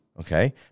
okay